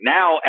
Now